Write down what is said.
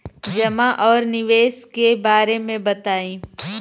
जमा और निवेश के बारे मे बतायी?